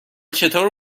چطور